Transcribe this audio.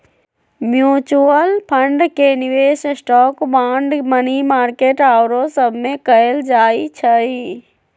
mutual fund के निवेश stock, bond, money market आउरो सभमें कएल जाइ छइ